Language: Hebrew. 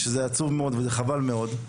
שזה עצוב וחבל מאוד.